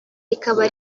rikaba